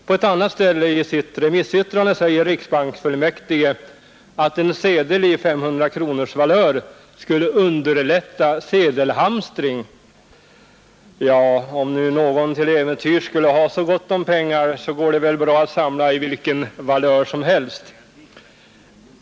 På ett annat ställe i sitt remissyttrande säger riksbanksfullmäktige att en sedel av 500 kronors valör skulle underlätta sedelhamstring. Om nu någon till äventyrs skulle ha så gott om pengar går det väl bra art samla i vilken valör som helst.